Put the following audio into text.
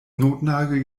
notnagel